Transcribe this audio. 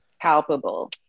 palpable